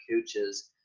coaches